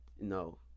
no